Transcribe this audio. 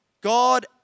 God